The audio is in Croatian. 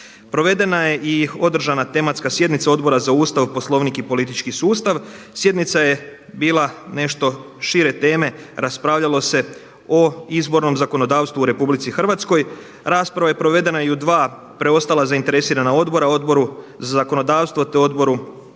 Provedena je i održana tematska sjednica Odbora za Ustav, Poslovnik i politički sustav. Sjednica je bila nešto šire teme, raspravljalo se o izbornom zakonodavstvu u RH, rasprava je provedena i u dva preostala zainteresirana odbora Odboru za zakonodavstvo, te Odboru